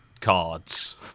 cards